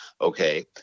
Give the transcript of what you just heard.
Okay